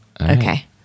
okay